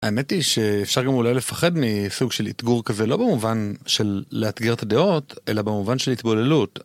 האמת היא שאפשר גם אולי לפחד מסוג של אתגור כזה לא במובן של לאתגר את הדיעות אלא במובן של התבוללות.